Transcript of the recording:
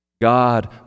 God